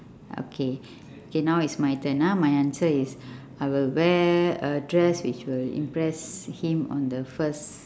okay okay now is my turn ah my answer is I will wear a dress which will impress him on the first